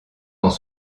dans